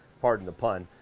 pardon the pun,